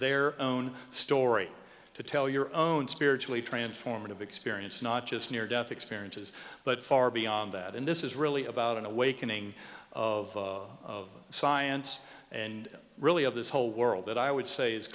their own story to tell your own spiritually transformative experience not just near death experiences but far beyond that and this is really about an awakening of science and really of this whole world that i would say is